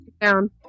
Down